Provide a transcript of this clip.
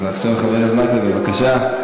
חבר הכנסת מקלב, בבקשה.